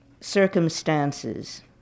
Circumstances